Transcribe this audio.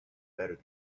better